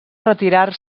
retirar